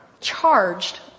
charged